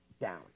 down